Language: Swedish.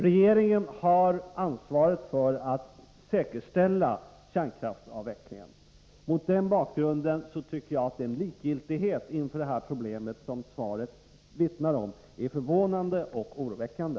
Regeringen har ansvaret för att säkerställa kärnkraftsavvecklingen. Mot den bakgrunden är den likgiltighet inför problemen som svaret vittnar om förvånande och oroväckande.